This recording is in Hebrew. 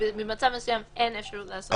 שבמצב מסוים אין אפשרות לעשות את זה?